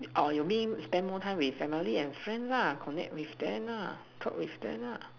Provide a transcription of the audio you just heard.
or you mean spend more time with family and friends ah connect with them lah talk with them lah